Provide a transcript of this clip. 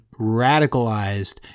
radicalized